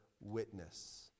witness